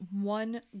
one